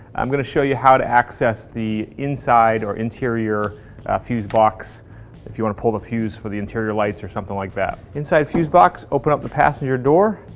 i'm going to show you how to access the inside or interior fuse box if you want to pull the fuse for the interior lights or something like that. inside fuse box, open up the passenger door